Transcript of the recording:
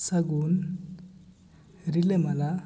ᱥᱟᱹᱜᱩᱱ ᱨᱤᱞᱟᱹᱢᱟᱞᱟ